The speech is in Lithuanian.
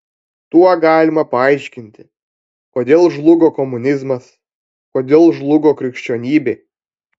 tuo galima paaiškinti kodėl žlugo komunizmas kodėl žlugo krikščionybė